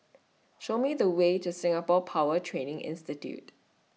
Show Me The Way to Singapore Power Training Institute